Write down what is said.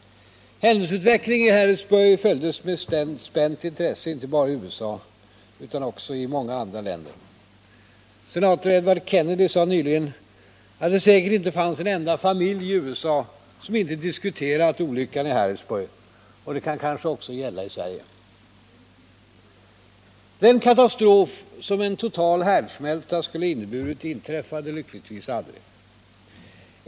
Händelseutvecklingen i Harrisburg följdes med spänt intresse inte bara i USA utan också i många andra länder. Senator Edward Kennedy sade nyligen att det säkert inte fanns en enda familj i USA som inte diskuterat olyckan i Harrisburg. Det kan kanske gälla också i Sverige. Den katastrof som en total härdsmälta skulle ha inneburit inträffade lyckligtvis aldrig.